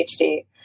PhD